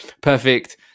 perfect